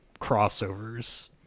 crossovers